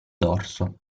dorso